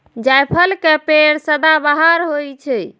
जायफल के पेड़ सदाबहार होइ छै